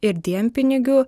ir dienpinigių